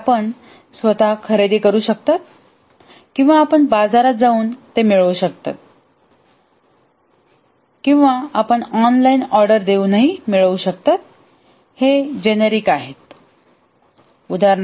product आपण स्वतः खरेदी करू शकता आपण बाजारात जाऊन ते मिळवू शकता किंवा आपण ऑनलाइन ऑर्डर देऊन मिळवू शकता हे जेनेरिक आहेत